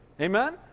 Amen